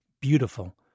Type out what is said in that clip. beautiful